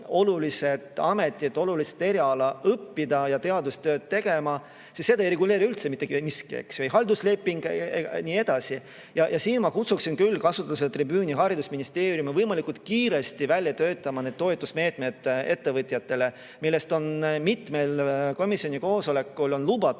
olulist ametit, olulist eriala õppima ja teadustööd tegema. Seda ei reguleeri üldse mitte miski, ei haldusleping ega miski muu. Siinkohal ma kutsuksin küll, kasutades seda tribüüni, haridusministeeriumi võimalikult kiiresti välja töötama need toetusmeetmeid ettevõtjatele. Seda on mitmel komisjoni koosolekul lubatud